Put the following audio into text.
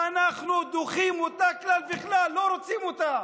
אנחנו דוחים אותה מכול וכול, לא רוצים אותה.